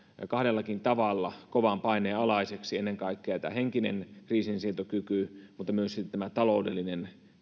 kahdellakin tavalla kovan paineen alaiseksi ennen kaikkea henkinen kriisinsietokyky mutta myöskin taloudellinen